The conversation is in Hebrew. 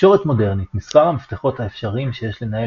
בתקשורת מודרנית מספר המפתחות האפשריים שיש לנהל